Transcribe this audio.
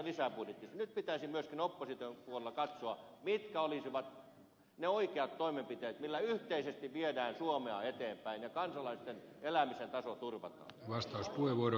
nyt pitäisi myöskin opposition puolella katsoa mitkä olisivat ne oikeat toimenpiteet joilla yhteisesti viedään suomea eteenpäin ja kansalaisten elämisen taso turvataan